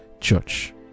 church